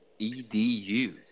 EDU